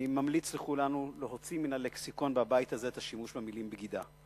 אני ממליץ לכולנו להוציא מן הלקסיקון בבית הזה את השימוש במלה "בגידה".